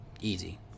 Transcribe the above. easy